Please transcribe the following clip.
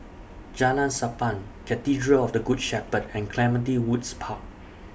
Jalan Sappan Cathedral of The Good Shepherd and Clementi Woods Park